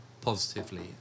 positively